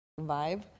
vibe